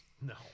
No